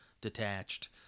detached